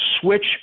switch